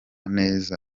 neza